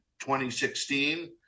2016